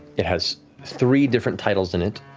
it has three different titles in it.